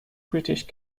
british